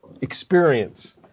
experience